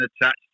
attached